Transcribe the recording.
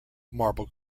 marble